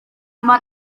mor